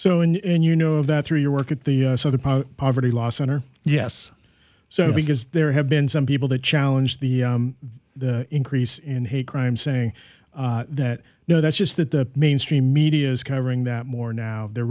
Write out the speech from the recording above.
so and you know that through your work at the sort of poverty law center yes so because there have been some people that challenge the increase in hate crime saying that you know that's just that the mainstream media is covering that more now they're